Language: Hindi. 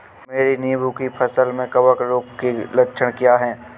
मेरी नींबू की फसल में कवक रोग के लक्षण क्या है?